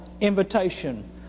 invitation